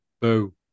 boo